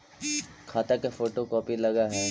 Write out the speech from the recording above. खाता के photo copy लगहै?